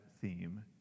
theme